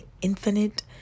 infinite